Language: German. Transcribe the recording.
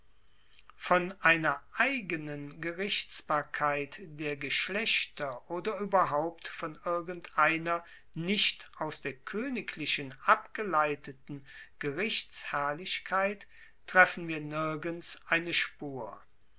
von einer eigenen gerichtsbarkeit der geschlechter oder ueberhaupt von irgendeiner nicht aus der koeniglichen abgeleiteten gerichtsherrlichkeit treffen wir nirgends eine spur